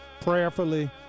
prayerfully